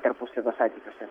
tarpusavio santykiuose